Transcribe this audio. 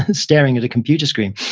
and staring at a computer screen,